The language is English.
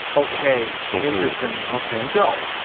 okay, and interesting. okay, so,